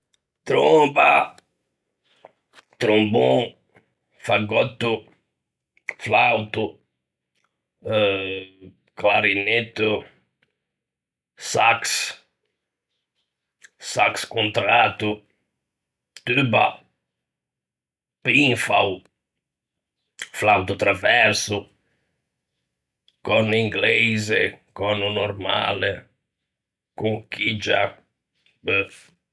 Tromba, trombon, fagòtto, flauto, ehhhhh.... clarinetto.. sax... sax contrato.... tubba... pinfao... flauto traverso... còrno ingleise, còrno normale... conghiggia... beuh.